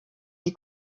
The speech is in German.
die